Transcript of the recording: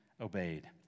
obeyed